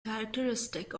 characteristic